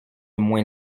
moins